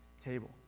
table